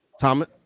Thomas